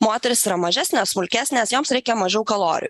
moterys yra mažesnės smulkesnės joms reikia mažiau kalorijų